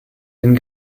den